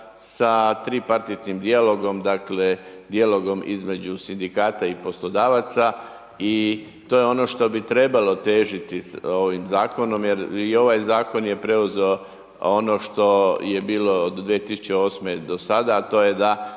sa tripartitnim dijalogom dakle, dijalogom između sindikata i poslodavaca i to je ono što bi trebalo težiti ovim zakonom jer i ovaj zakon je preuzeo ono što je bilo od 2008. do sada, a to je da